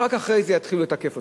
ורק אחרי זה יתחילו לתקף אותם.